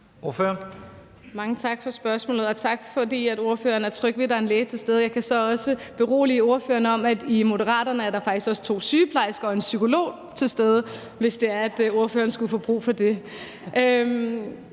Mange tak for spørgsmålet, og tak, fordi ordføreren er tryg ved, at der er en læge til stede. Jeg kan også berolige ordføreren med, at i Moderaterne er der faktisk også to sygeplejersker og en psykolog til stede – hvis ordføreren skulle for brug for det.